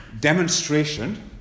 demonstration